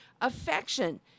Affection